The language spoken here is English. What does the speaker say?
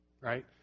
right